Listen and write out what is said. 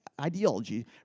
ideology